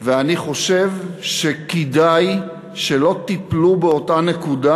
ואני חושב שכדאי שלא תיפלו באותה נקודה